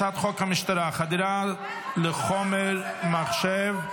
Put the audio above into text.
הצעת חוק המשטרה (חדירה לחומר מחשב),